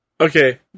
Okay